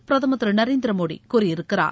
பிரதமர் திரு நரேந்திர மோடி கூறியிருக்கிறார்